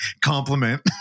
compliment